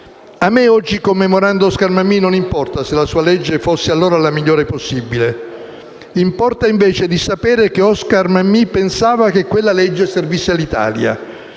A me oggi, commemorando Oscar Mammì, non importa se la sua legge fosse allora la migliore possibile; importa invece sapere che Oscar Mammì pensava che quella legge servisse all'Italia